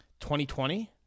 2020